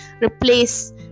replace